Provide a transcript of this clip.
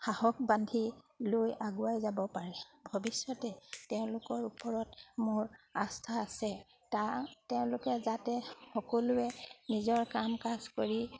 সাহস বান্ধি লৈ আগুৱাই যাব পাৰে ভৱিষ্যতে তেওঁলোকৰ ওপৰত মোৰ আস্থা আছে তা তেওঁলোকে যাতে সকলোৱে নিজৰ কাম কাজ কৰি